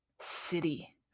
city